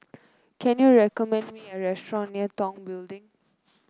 can you recommend me a restaurant near Tong Building